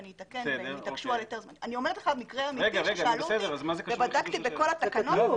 אני מספרת לך על מקרה אמיתי ששאלו אותו ובדקתי בכל התקנות.